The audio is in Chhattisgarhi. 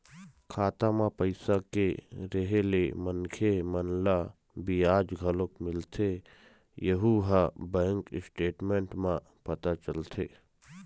खाता म पइसा के रेहे ले मनखे मन ल बियाज घलोक मिलथे यहूँ ह बैंक स्टेटमेंट म पता चलथे